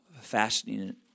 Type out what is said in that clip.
fasting